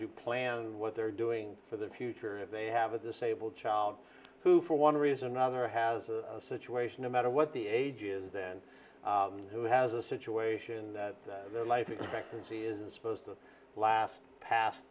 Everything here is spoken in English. to plan what they're doing for the future if they have a disabled child who for one reason or another has a situation no matter what the age is then who has a situation that their life expectancy is supposed to last past